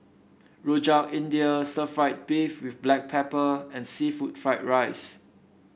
Rojak India stir fry beef with Black Pepper and seafood Fried Rice